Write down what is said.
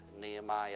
Nehemiah